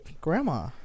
Grandma